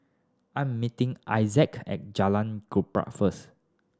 I am meeting Ignatz at Jalan Gembira first